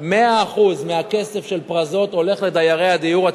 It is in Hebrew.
100% הכסף של "פרזות" הולך לדיירי הדיור הציבורי,